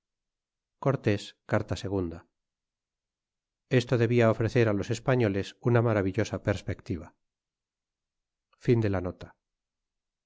cortés carta ii esto debia ofrecer á los esparioles una maravillosa perspectiva